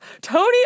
Tony